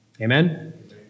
Amen